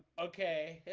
okay